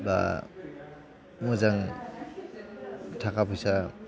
बा मोजां थाखा फैसा